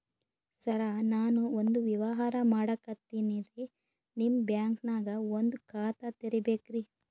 ಸರ ನಾನು ಒಂದು ವ್ಯವಹಾರ ಮಾಡಕತಿನ್ರಿ, ನಿಮ್ ಬ್ಯಾಂಕನಗ ಒಂದು ಖಾತ ತೆರಿಬೇಕ್ರಿ?